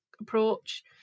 approach